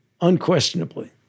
unquestionably